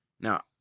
Now